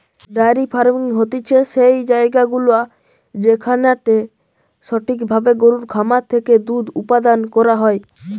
diary farming হতিছে সেই জায়গাগুলা যেখানটাতে সঠিক ভাবে গরুর খামার থেকে দুধ উপাদান করা হয়